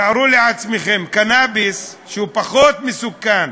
תארו לעצמכם, קנאביס, שהוא פחות מסוכן,